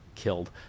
killed